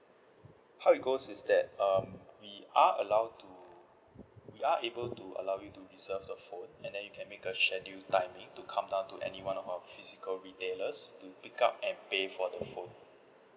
how it goes is that um we are allowed to we are able to allow you to reserve the phone and then you can make a scheduled timing to come down to any one of our physical retailers to pick up and pay for the phone